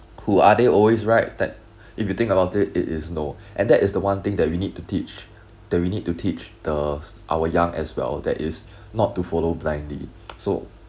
who are they always right that if you think about it it is no and that is the one thing that we need to teach that we need to teach those our young as well that is not to follow blindly so